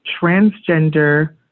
transgender